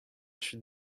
kuit